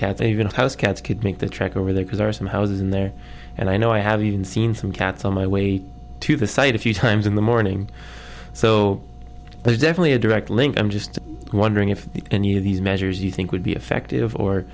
to house cats could make the trek over there because there are some houses in there and i know i have even seen some cats on my way to the site a few times in the morning so there's definitely a direct link i'm just wondering if any of these measures you think would be effective or